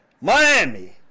Miami